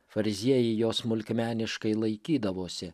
fariziejai jo smulkmeniškai laikydavosi